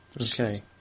Okay